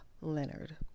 Leonard